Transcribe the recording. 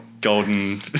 Golden